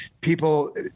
people